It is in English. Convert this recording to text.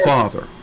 Father